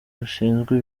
rushinzwe